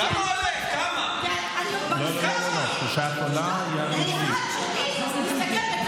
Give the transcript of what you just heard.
כמה עולה להחליף שם של משרד?